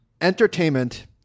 Entertainment